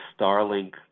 Starlink